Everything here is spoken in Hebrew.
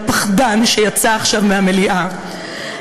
הפחדן שיצא עכשיו מהמליאה,